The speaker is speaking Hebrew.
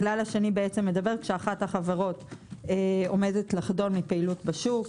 הכלל השני מדבר כשאחת החברות עומדת לחדול מפעילות בשוק,